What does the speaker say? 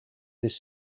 this